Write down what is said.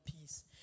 peace